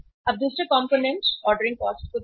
अब दूसरे component ordering cost को देखें